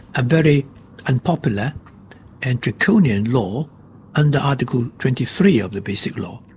a very unpopular and draconian law under article twenty three of the basic law,